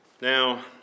Now